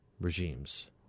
regimes